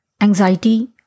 anxiety